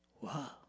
Wow